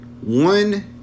One